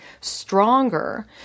stronger